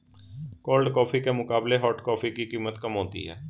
cold coffee के मुकाबले hot coffee की कीमत कम होती है